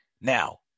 Now